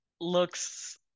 looks